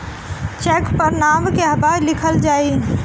Check पर नाम कहवा लिखल जाइ?